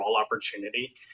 opportunity